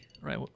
Right